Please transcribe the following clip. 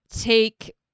take